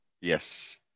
Yes